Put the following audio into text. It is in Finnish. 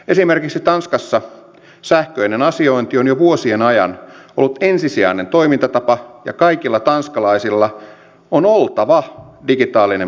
esimerkiksi tanskassa sähköinen asiointi on jo vuosien ajan ollut ensisijainen toimintatapa ja kaikilla tanskalaisilla on oltava digitaalinen postiosoite